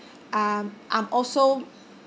um I'm also